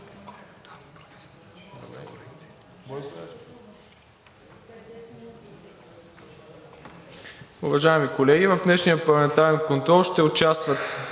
Уважаеми колеги, в днешния парламентарен контрол няма да